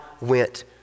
went